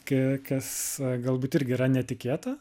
ka kas galbūt irgi yra netikėta